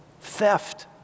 theft